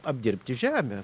apdirbti žemę